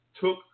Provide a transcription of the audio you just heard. took